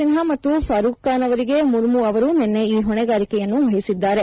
ಸಿನ್ಹಾ ಮತ್ತು ಫರೂಕ್ಖಾನ್ ಅವರಿಗೆ ಮುರ್ಮು ಅವರು ನಿನ್ನೆ ಈ ಹೊಣೆಗಾರಿಕೆಯನ್ನು ವಹಿಸಿದ್ದಾರೆ